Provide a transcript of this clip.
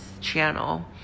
channel